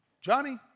Johnny